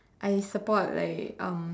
I support like um